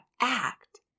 act